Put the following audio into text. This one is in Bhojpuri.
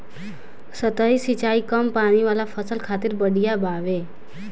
सतही सिंचाई कम पानी वाला फसल खातिर बढ़िया बावे